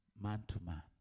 man-to-man